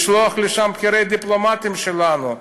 לשלוח לשם את בכירי הדיפלומטים שלנו?